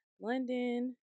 London